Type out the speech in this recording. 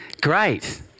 great